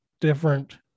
different